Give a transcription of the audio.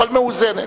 אבל מאוזנת.